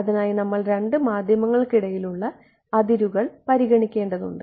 അതിനായി നമ്മൾ രണ്ട് മാധ്യമങ്ങൾക്കിടയിൽ ഉള്ള അതിരുകൾ പരിഗണിക്കേണ്ടതുണ്ട്